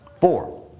Four